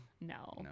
No